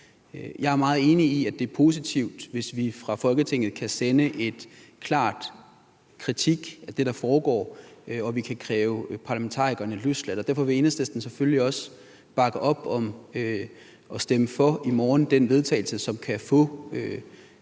Jeg er meget enig i, at det er positivt, hvis vi fra Folketinget kan sende en klar kritik af det, der foregår, og kræve parlamentarikerne løsladt. Derfor vil Enhedslisten selvfølgelig også bakke op om og i morgen stemme for det forslag til vedtagelse, som kan få flertal, og gør det